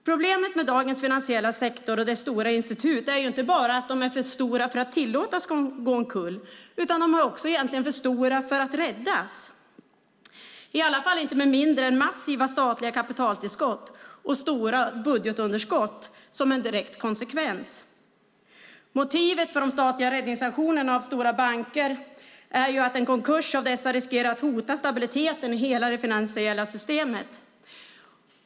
Problemet med dagens finansiella sektor och dess stora institut är inte bara att de är för stora för att tillåtas gå omkull, utan de är också egentligen för stora för att räddas, i alla fall inte med mindre än massiva statliga kapitaltillskott och stora budgetunderskott som en direkt konsekvens. Motivet för de statliga räddningsaktionerna i fråga om stora banker är att en konkurs av dessa riskerar att hota stabiliteten i hela det finansiella systemet.